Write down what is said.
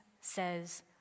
says